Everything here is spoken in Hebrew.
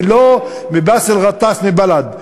ולא מבאסל גטאס מבל"ד,